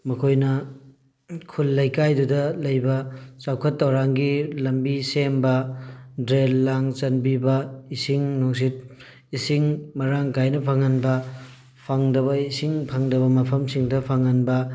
ꯃꯈꯣꯏꯅ ꯈꯨꯜ ꯂꯩꯀꯥꯏꯗꯨꯗ ꯂꯩꯕ ꯆꯥꯎꯈꯠ ꯊꯧꯔꯥꯡꯒꯤ ꯂꯝꯕꯤ ꯁꯦꯝꯕ ꯗ꯭ꯔꯦꯟ ꯂꯥꯡ ꯆꯟꯕꯤꯕ ꯏꯁꯤꯡ ꯅꯨꯡꯁꯤꯠ ꯏꯁꯤꯡ ꯃꯔꯥꯡ ꯀꯥꯏꯅ ꯐꯪꯍꯟꯕ ꯐꯪꯗꯕ ꯏꯁꯤꯡ ꯐꯪꯗꯕ ꯃꯐꯝꯁꯤꯡꯗ ꯐꯪꯍꯟꯕ